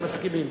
מסכימים.